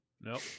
Nope